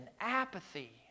apathy